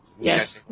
Yes